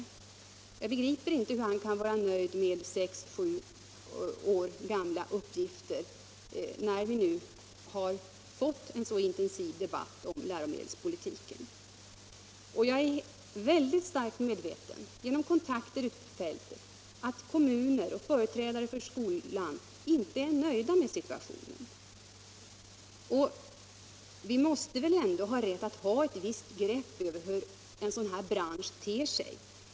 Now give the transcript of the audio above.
Jag begriper inte hur han kan vara nöjd med sex till sju år gamla uppgifter när vi nu har fått en så intensiv debatt om läromedelspolitiken. Jag är starkt medveten om, genom kontakter ute på fältet, att kommuner och företrädare för skolan inte är nöjda med situationen. Och vi måste väl ändå ha rätt att ha ett visst grepp över hur en sådan här bransch ter sig.